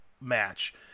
match